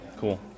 Cool